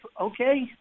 Okay